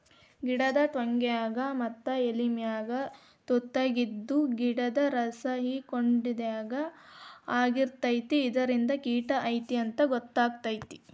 ಗಿಡದ ಟ್ವಂಗ್ಯಾಗ ಮತ್ತ ಎಲಿಮ್ಯಾಲ ತುತಾಗಿದ್ದು ಗಿಡ್ದ ರಸಾಹಿರ್ಕೊಡ್ಹಂಗ ಆಗಿರ್ತೈತಿ ಇದರಿಂದ ಕಿಟ ಐತಿ ಅಂತಾ ಗೊತ್ತಕೈತಿ